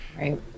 Right